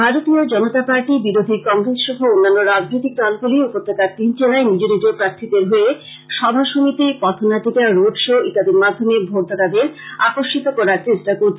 ভারতীয় জনতা পার্টি বিরোধী কংগ্রেস সহ অন্যান্য রাজনৈতিক দলগুলি উপত্যকার তিন জেলায় নিজ নিজ প্রার্থীদের হয়ে সভা সমিতি পথনাটিকা রোডশো ইত্যাদির মাধ্যমে ভোটদাতাদের আকর্ষিত করার চেষ্টা করছে